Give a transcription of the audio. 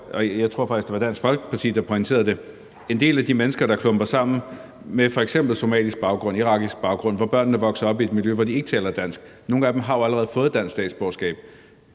og jeg tror faktisk, det var Dansk Folkeparti, der pointerede det, at en del af de mennesker, der klumper sig sammen, f.eks. med somalisk baggrund eller irakisk baggrund, og hvor børnene vokser op i et miljø, hvor de ikke taler dansk, allerede har fået dansk statsborgerskab,